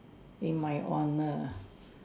in my honour